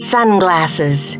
Sunglasses